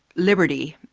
liberty.